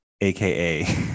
aka